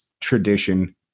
tradition